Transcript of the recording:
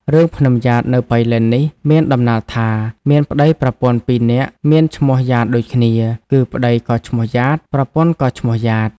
រឿង ភ្នំំយ៉ាតនៅប៉ៃលិននេះមានដំណាលថា មានប្ដីប្រពន្ធពីរនាក់មានឈ្មោះយ៉ាតដូចគ្នា គឺប្ដីក៏ឈ្មោះយ៉ាត ប្រពន្ធក៏ឈ្មោះយ៉ាត។